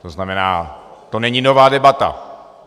To znamená, to není nová debata.